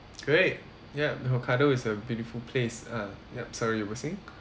great yup hokkaido is a beautiful place uh yup sorry you were saying